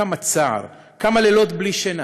כמה צער, כמה לילות בלי שינה